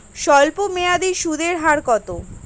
স্বল্পমেয়াদী সুদের হার কত?